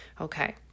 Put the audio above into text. okay